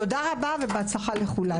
תודה רבה ובהצלחה לכולנו.